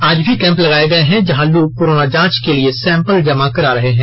आज भी कैंप लगाये गये हैं जहां लोग कोरोना जांच के लिए सैंपल जमा करा रहे हैं